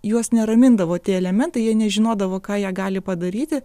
juos neramindavo tie elementai jie nežinodavo ką jie gali padaryti